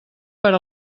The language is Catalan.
per